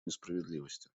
несправедливости